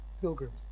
Pilgrims